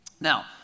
Now